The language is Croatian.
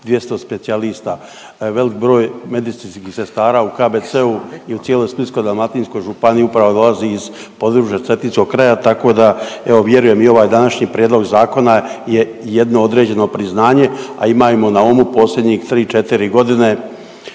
200 specijalista, velik broj medicinskih sestara u KBC-u i cijeloj Splitsko-dalmatinskoj županiji upravo dolazi iz područja cetinskog kraja, tako da, evo, vjerujem i ovaj današnji prijedlog zakona je jedno određeno priznanje, a imajmo na umu, posljednjih 3, 4 godine